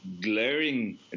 glaring